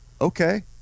okay